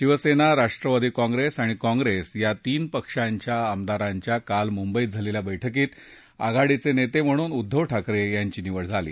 Shiv Sena Rashtravadi Congress आणि Congress या तीन पक्षांच्या आमदारांच्या काल मुंबईत झालेल्या बैठकीत आघाडीचे नेते म्हणून उद्दव ठाकरे यांची निवड झाली